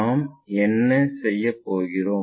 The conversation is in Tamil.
நாம் என்ன செய்ய போகிறோம்